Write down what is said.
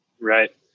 Right